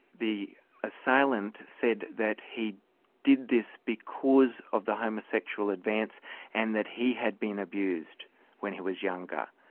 the assailant said that he did this because of the homosexual advance and that he had been abused when he was younger.